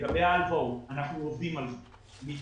לגבי ההלוואות, אנחנו עובדים על הדחיות.